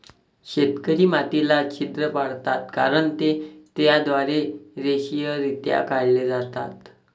शेतकरी मातीला छिद्र पाडतात कारण ते त्याद्वारे रेषीयरित्या काढले जातात